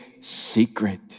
secret